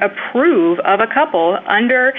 approve of a couple under